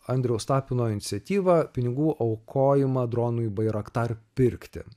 andriaus tapino iniciatyvą pinigų aukojimą dronui bairaktar pirkti